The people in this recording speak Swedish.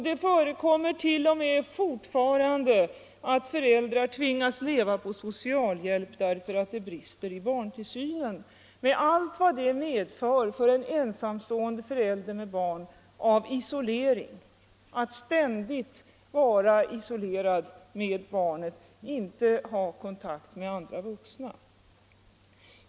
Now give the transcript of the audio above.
Det förekommer t.o.m. fortfarande att föräldrar på grund av att det brister i barntillsynen tvingas leva på socialhjälp med allt vad det medför av isolering för t.ex. en ensamstående förälder att ständigt dygnet runt vara isolerad med barnet och inte ha kontakt med andra vuxna.